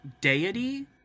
deity